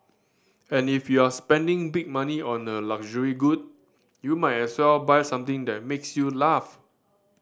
and if you're spending big money on a luxury good you might as well buy something that makes you laugh